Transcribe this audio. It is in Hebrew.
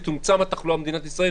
אם תצומצם התחלואה במדינת ישראל,